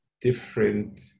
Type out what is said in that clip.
different